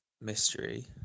mystery